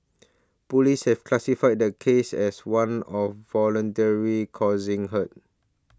police have classified the case as one of voluntary causing hurt